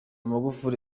magufuli